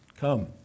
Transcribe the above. Come